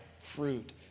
fruit